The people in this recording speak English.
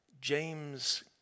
James